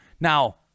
Now